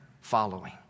following